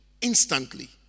instantly